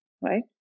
right